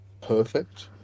perfect